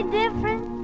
different